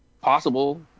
possible